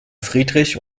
friedrich